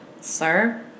Sir